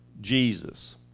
Jesus